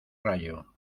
rayo